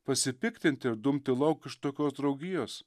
pasipiktinti ir dumti lauk iš tokios draugijos